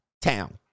town